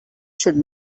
should